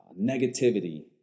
negativity